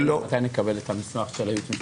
מתי נקבל את המסמך של הייעוץ המשפטי?